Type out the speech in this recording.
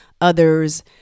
others